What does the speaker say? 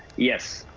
yes.